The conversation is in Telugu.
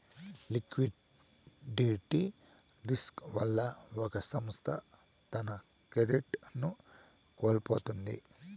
లిక్విడిటీ రిస్కు వల్ల ఒక సంస్థ తన క్రెడిట్ ను కోల్పోతుంది